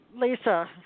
Lisa